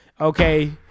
Okay